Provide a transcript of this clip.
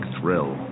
thrill